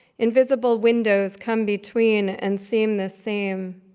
invisible windows come between and seem the same.